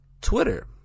Twitter